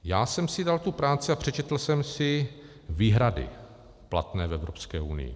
Já jsem si dal tu práci a přečetl jsem si výhrady platné v Evropské unii.